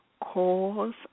cause